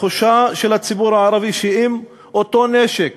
התחושה של הציבור הערבי היא שאם אותו נשק